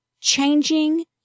Changing